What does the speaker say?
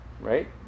Right